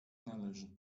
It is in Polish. należy